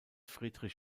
friedrich